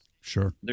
Sure